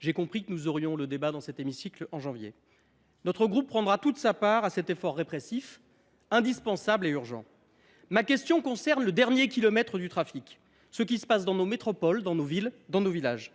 J’ai compris que nous aurions le débat dans cet hémicycle au mois de janvier. Notre groupe prendra toute sa part à cet effort répressif, indispensable et urgent. Ma question concerne le dernier kilomètre du trafic, c’est à dire ce qui se passe dans nos métropoles, dans nos villes, dans nos villages.